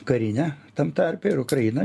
karinę tam tarpe ir ukrainai